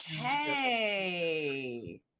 Okay